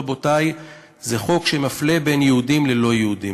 רבותי: זה חוק שמפלה בין יהודים ללא-יהודים.